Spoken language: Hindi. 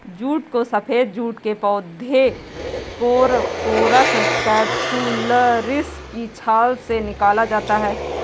जूट को सफेद जूट के पौधे कोरकोरस कैप्सुलरिस की छाल से निकाला जाता है